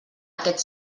aquest